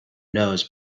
nose